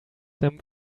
them